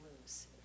lose